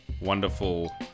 wonderful